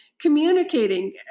communicating